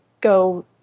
go